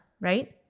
right